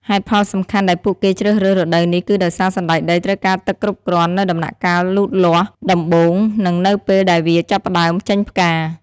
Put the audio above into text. ហេតុផលសំខាន់ដែលពួកគេជ្រើសរើសរដូវនេះគឺដោយសារសណ្ដែកដីត្រូវការទឹកគ្រប់គ្រាន់នៅដំណាក់កាលលូតលាស់ដំបូង និងនៅពេលដែលវាចាប់ផ្ដើមចេញផ្កា។